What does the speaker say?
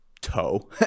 toe